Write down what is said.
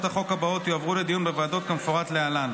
החוק הבאות יועברו לדיון בוועדות כמפורט להלן: